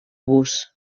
vos